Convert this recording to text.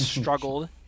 struggled